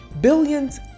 billions